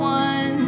one